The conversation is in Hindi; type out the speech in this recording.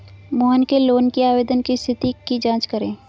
मोहन के लोन के आवेदन की स्थिति की जाँच करें